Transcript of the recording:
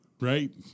right